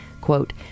quote